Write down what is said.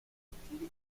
activity